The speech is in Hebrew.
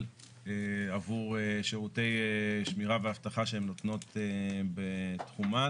עבור שירותי שמירה ואבטחה שהן נותנות בתחומן.